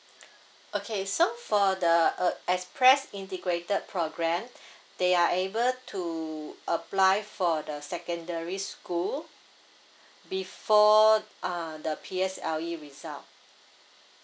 okay so for the uh express integrated program they are able to apply for the secondary school before uh the P_S_L_E result